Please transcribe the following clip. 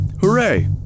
Hooray